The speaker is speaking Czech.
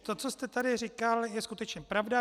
To, co jste tady říkal, je skutečně pravda.